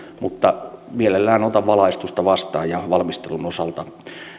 mutta mielelläni otan valaistusta vastaan ja valmistelun osalta